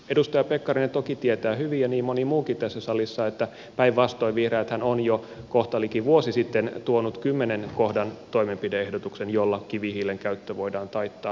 edustaja pekkarinen toki tietää hyvin ja niin moni muukin tässä salissa että päinvastoin vihreäthän on jo kohta liki vuosi sitten tuonut kymmenen kohdan toimenpide ehdotuksen jolla kivihiilen käyttö voidaan taittaa